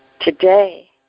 Today